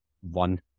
one